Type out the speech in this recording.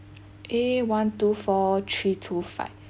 A one two four three two five